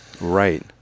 Right